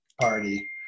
Party